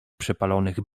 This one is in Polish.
przepalonych